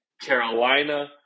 carolina